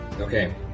Okay